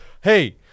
hey